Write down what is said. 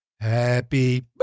Happy